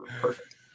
perfect